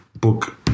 book